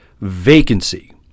vacancy